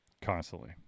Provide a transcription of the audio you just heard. Constantly